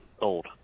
Old